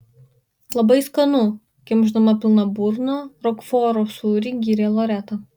labai skanu kimšdama pilna burna rokforo sūrį gyrė loreta